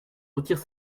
retire